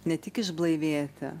ne tik išblaivėti